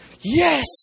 Yes